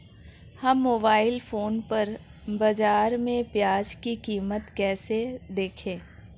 हम mobile phone पर बाज़ार में प्याज़ की कीमत कैसे देखें?